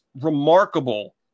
remarkable